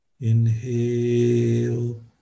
Inhale